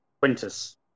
Quintus